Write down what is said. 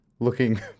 Looking